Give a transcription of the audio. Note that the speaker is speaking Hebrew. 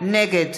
נגד